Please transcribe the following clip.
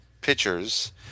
pitchers